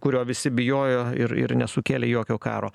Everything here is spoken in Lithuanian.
kurio visi bijojo ir ir nesukėlė jokio karo